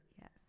Yes